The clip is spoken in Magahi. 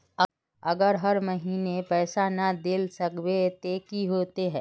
अगर हर महीने पैसा ना देल सकबे ते की होते है?